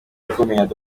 ikomeye